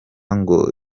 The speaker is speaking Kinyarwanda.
ngo